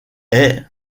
est